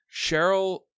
Cheryl